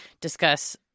discuss